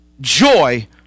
joy